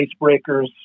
icebreakers